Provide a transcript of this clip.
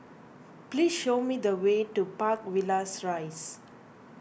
please show me the way to Park Villas Rise